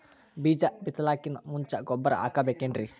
ಬೀಜ ಬಿತಲಾಕಿನ್ ಮುಂಚ ಗೊಬ್ಬರ ಹಾಕಬೇಕ್ ಏನ್ರೀ?